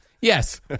Yes